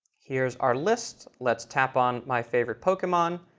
here's our list. let's tap on my favorite pokemon.